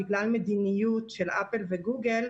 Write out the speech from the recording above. בגלל מדיניות של אפל וגוגל,